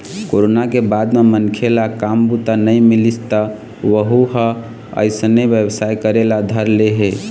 corona के बाद म मनखे ल काम बूता नइ मिलिस त वहूँ ह अइसने बेवसाय करे ल धर ले हे